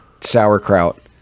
sauerkraut